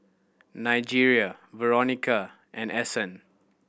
Nigel Veronica and Ason